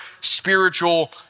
spiritual